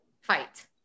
fight